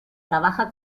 trabaja